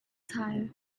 tie